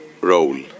role